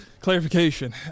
Clarification